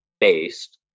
based